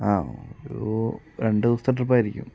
ആ ഒരു രണ്ടു ദിവസത്തെ ട്രിപ്പ് ആയിരിക്കും